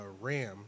RAM